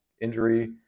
injury